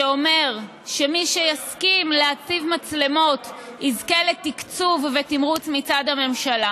שאומר שמי שיסכים להציב מצלמות יזכה לתקצוב ולתמרוץ מצד הממשלה.